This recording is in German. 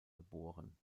geboren